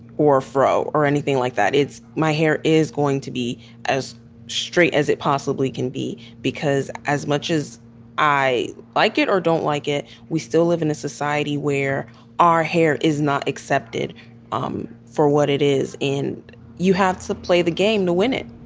or a fro, or anything like that. it's my hair is going to be as straight as it possibly can be because as much as i like it or don't like it, we still live in a society where our hair is not accepted um for what it is, and you have to play the game to win it